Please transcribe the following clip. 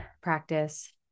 practice